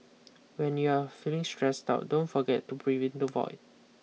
when you are feeling stressed out don't forget to brave into the void